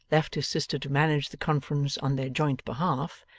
left his sister to manage the conference on their joint behalf,